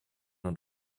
und